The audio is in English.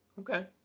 Okay